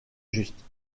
justes